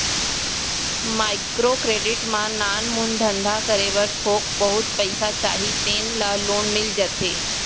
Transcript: micro credit म नानमुन धंधा करे बर थोक बहुत पइसा चाही तेन ल लोन मिल जाथे